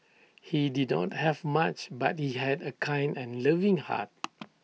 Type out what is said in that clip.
he did not have much but he had A kind and loving heart